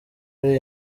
ari